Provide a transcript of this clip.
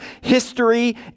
history